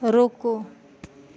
रुकू